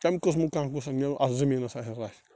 تَمہِ قٕسٕمُک کانٛہہ گوٚژھ میٚوٕ اَتھ زمیٖنس اَتیٚتھ آسہِ